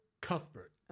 Cuthbert